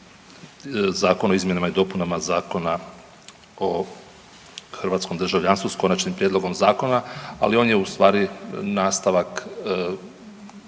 Zakon o izmjenama i dopunama Zakona o hrvatskom državljanstvom s konačnim prijedlogom zakona, ali on je u stvari nastavak